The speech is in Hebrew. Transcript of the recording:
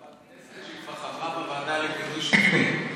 מהכנסת שהיא כבר חברה בוועדה למינוי שופטים,